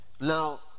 Now